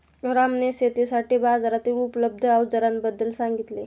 रामने शेतीसाठी बाजारातील उपलब्ध अवजारांबद्दल सांगितले